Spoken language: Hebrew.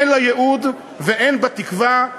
אין לה ייעוד ואין בה תקווה.